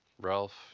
Ralph